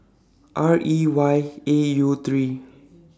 R E Y A U three